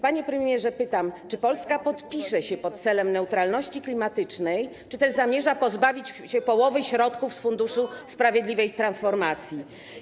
Panie premierze, pytam: Czy Polska podpisze się pod celem neutralności klimatycznej, czy też zamierza pozbawić się połowy środków z funduszu sprawiedliwej transformacji?